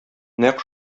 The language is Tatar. нәкъ